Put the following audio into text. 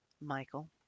Michael